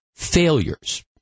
failures